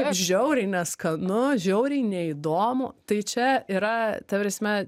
žiauriai neskanu žiauriai neįdomu tai čia yra ta prasme